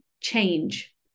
change